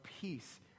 peace